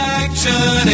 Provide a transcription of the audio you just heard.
action